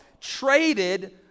traded